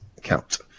count